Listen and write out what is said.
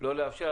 לא לאפשר.